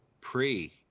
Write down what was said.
pre